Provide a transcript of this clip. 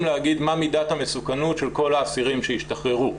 להגיד מה מידת המסוכנות של כל האסירים שהשתחררו,